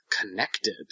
connected